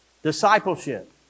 Discipleship